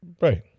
Right